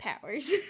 powers